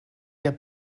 der